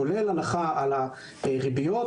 כולל הנחה על הריביות,